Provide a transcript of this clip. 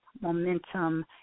momentum